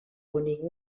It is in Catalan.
bonic